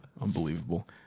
Unbelievable